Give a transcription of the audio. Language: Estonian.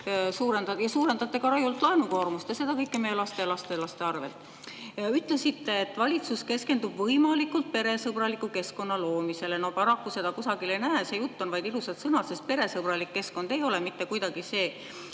Te suurendate ka rajult laenukoormust ja seda kõike meie laste ja lastelaste arvel. Ütlesite, et valitsus keskendub võimalikult peresõbraliku keskkonna loomisele. No paraku seda kusagil ei näe. See jutt on vaid ilusad sõnad, sest peresõbralik keskkond ei ole mitte kuidagi see,